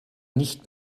nicht